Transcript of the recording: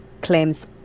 claims